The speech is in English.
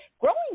growing